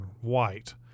white